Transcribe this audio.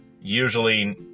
usually